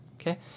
Okay